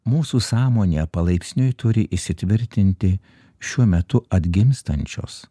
mūsų sąmonė palaipsniui turi įsitvirtinti šiuo metu atgimstančios